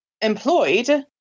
employed